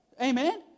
Amen